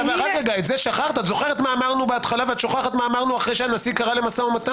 את זוכרת מה אמרנו בהתחלה ושוכחת מה אמרנו אחרי שהנשיא קרא למשא ומתן?